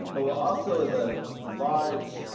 but what also is a large